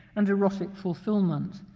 and erotic fulfillment,